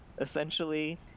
essentially